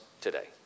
today